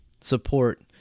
support